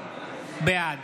בעד